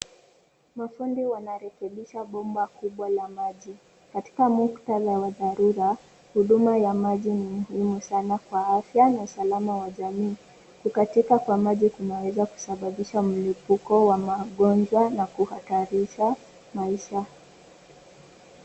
Mafundi wanarekebisha bomba kubwa la maji. Katika muktadha wa dharura, huduma ya maji ni muhimu sana kwa afya na usalama wa jamii. Kukatika kwa maji kunaweza kusababisha mlipuko wa magonjwa na kuhatarisha maisha.